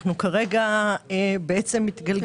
אנחנו כרגע מתגלגלים.